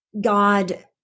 God